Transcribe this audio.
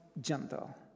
gentle